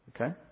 Okay